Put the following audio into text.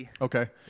Okay